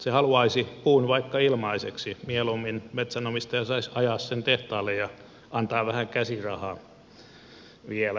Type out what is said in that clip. se haluaisi puun vaikka ilmaiseksi mieluummin metsänomistaja saisi ajaa sen tehtaalle ja antaa vähän käsirahaa vielä mukaan